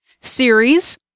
series